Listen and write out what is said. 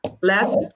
last